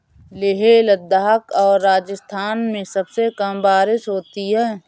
लेह लद्दाख और राजस्थान में सबसे कम बारिश होती है